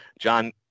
John